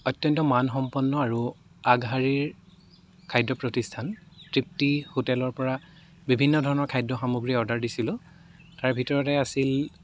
অত্য়ন্ত মানসম্পন্ন আৰু আগশাৰীৰ খাদ্য় প্ৰতিষ্ঠান তৃপ্তি হোটেলৰ পৰা বিভিন্ন ধৰণৰ খাদ্য় সামগ্ৰী অৰ্ডাৰ দিছিলোঁ তাৰ ভিতৰতে আছিল